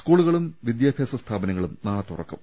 സ്കൂളുകളും വിദ്യാഭ്യാസ സ്ഥാപനങ്ങളും നാളെ തുറക്കും